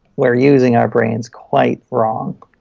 we're using our brains quite wrong.